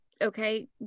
okay